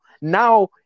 now